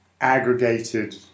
aggregated